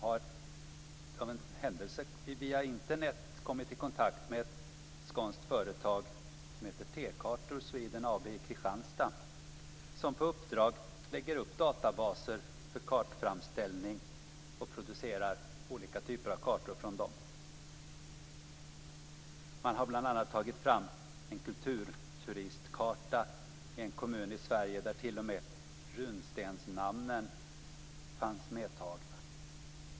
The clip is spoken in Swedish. Av en händelse har jag via Internet kommit i kontakt med ett skånskt företag, T-kartor Sweden AB i Kristianstad, som på uppdrag lägger upp databaser för kartframställning och producerar olika typer av kartor från dem. Man har bl.a. tagit fram en kulturturistkarta över en kommun i Sverige där t.o.m. runstensnamnen finns medtagna.